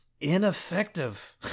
ineffective